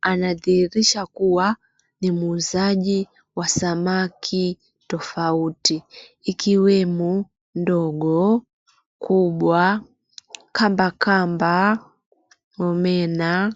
anadhihirisha kuwa ni muuzaji wa samaki tofauti ikiwemo ndogo, kubwa, kambakamba, omena.